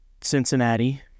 Cincinnati